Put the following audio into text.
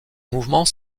mouvements